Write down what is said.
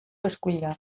eskuila